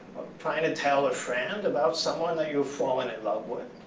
trying to tell a friend about someone that you've fallen in love with.